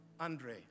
Andre